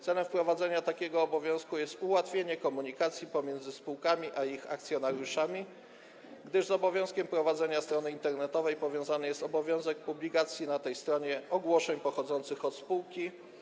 Celem wprowadzenia takiego obowiązku jest ułatwienie komunikacji pomiędzy spółkami a ich akcjonariuszami, gdyż z obowiązkiem prowadzenia strony internetowej powiązany jest obowiązek publikacji na tej stronie ogłoszeń pochodzących od spółki.